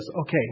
Okay